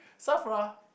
Safra